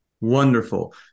Wonderful